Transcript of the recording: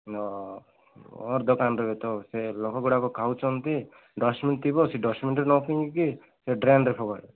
ମୋର ଦୋକାନରେ ବି ତ ସେ ଲୋକଗୁଡ଼ାକ ଖାଉଛନ୍ତି ଡଷ୍ଟବିନ୍ ଥିବ ସେ ଡଷ୍ଟବିନ୍ରେ ନଫିଙ୍ଗିକି ସେ ଡ୍ରେନରେ ଫୋପାଡ଼ିବେ